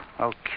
Okay